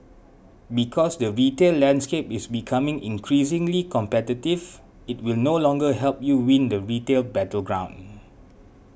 because the retail landscape is becoming increasingly competitive it will no longer help you win the retail battleground